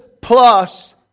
plus